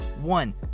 one